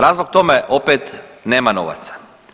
Razlog tome opet nema novaca.